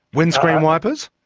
windscreen wipers?